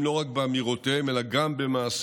לא רק באמירותיהם אלא גם במעשיהם,